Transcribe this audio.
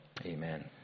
Amen